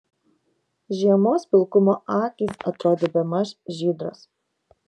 žiemos pilkumo akys atrodė bemaž žydros